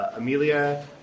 Amelia